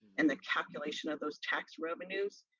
and the calculation of those tax revenues,